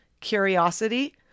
curiosity